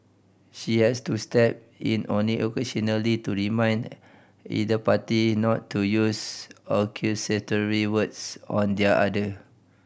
she has to step in only occasionally to remind either party not to use accusatory words on the other